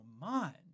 mind